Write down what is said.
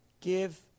give